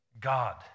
God